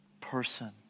person